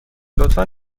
لطفا